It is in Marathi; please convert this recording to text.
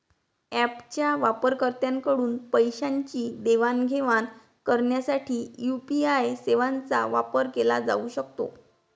ऍपच्या वापरकर्त्यांकडून पैशांची देवाणघेवाण करण्यासाठी यू.पी.आय सेवांचा वापर केला जाऊ शकतो